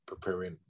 preparing